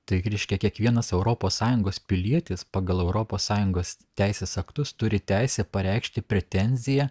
tai reiškia kiekvienas europos sąjungos pilietis pagal europos sąjungos teisės aktus turi teisę pareikšti pretenziją